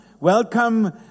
welcome